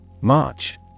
March